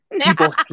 people